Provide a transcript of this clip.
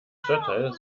stadtteil